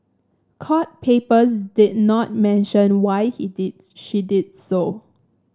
court papers did not mention why he did she did so